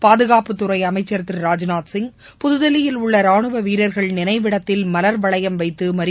பாதுனப்புத்துறை அமைச்சள் திரு ராஜ்நாத் சிங் புதுதில்லியில் உள்ள ரானுவ வீரர்கள் நினைவிடத்தில் மலர்வளையம் வைத்து மரியாதை செலுத்தினார்